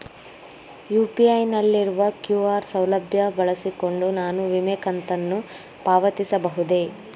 UPI ನಲ್ಲಿರುವ QR ಸೌಲಭ್ಯ ಬಳಸಿಕೊಂಡು ನಾನು ವಿಮೆ ಕಂತನ್ನು ಪಾವತಿಸಬಹುದೇ?